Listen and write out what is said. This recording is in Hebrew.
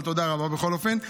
אבל תודה רבה בכל אופן.